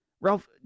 Ralph